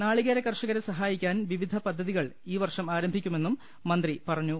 നാളികേര കർഷകരെ സഹായിക്കാൻ വിവിധ പദ്ധതികൾ ഈ വർഷം ആരംഭിക്കുമെന്നും മന്ത്രി പറഞ്ഞു